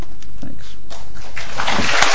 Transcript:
Thanks